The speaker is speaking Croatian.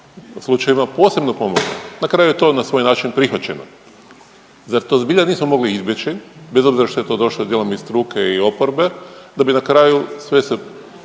Na kraju je to na svoj način prihvaćeno. Zar to zbilja nismo mogli izbjeći, bez obzira što je to došlo dijelom iz struke i oporbe da bi na kraju sve se